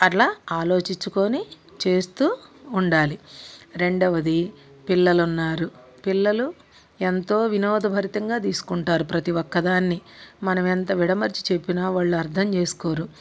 అట్లా ఆలోచించుకొని చేస్తూ ఉండాలి రెండవది పిల్లలున్నారు పిల్లలు ఎంతో వినోదభరితంగా తీసుకుంటారు ప్రతి ఒక్కదాన్ని మనం ఎంత విడమర్చి చెప్పినా వాళ్ళు అర్థం చేసుకోరు